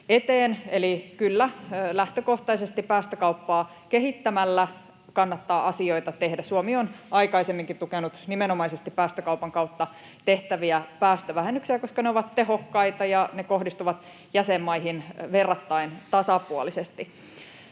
Eli kyllä, lähtökohtaisesti päästökauppaa kehittämällä kannattaa asioita tehdä. Suomi on aikaisemminkin tukenut nimenomaisesti päästökaupan kautta tehtäviä päästövähennyksiä, koska ne ovat tehokkaita ja ne kohdistuvat jäsenmaihin verrattain tasapuolisesti.